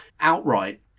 outright